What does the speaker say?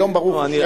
היום ברוך השם,